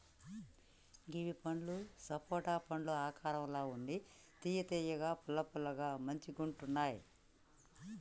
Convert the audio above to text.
kiwi పండ్లు సపోటా పండ్ల ఆకారం ల ఉండి తియ్య తియ్యగా పుల్ల పుల్లగా మంచిగుంటున్నాయ్